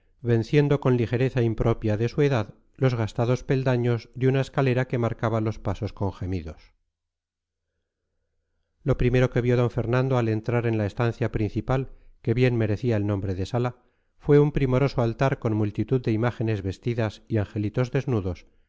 venciendo con ligereza impropia de su edad los gastados peldaños de una escalera que marcaba los pasos con gemidos lo primero que vio don fernando al entrar en la estancia principal que bien merecía el nombre de sala fue un primoroso altar con multitud de imágenes vestidas y angelitos desnudos